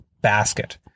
basket